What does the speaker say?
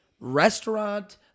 restaurant